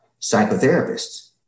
psychotherapists